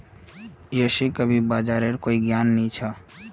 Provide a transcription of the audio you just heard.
यशक अभी बाजारेर कोई ज्ञान नी छ